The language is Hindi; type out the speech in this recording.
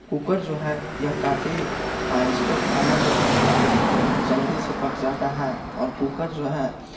कुकर जो है यह काफ़ी आए इस पर खाना जो है अत्यधिक जल्दी से पक जाता है और कुकर जो है